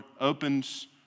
opens